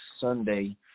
Sunday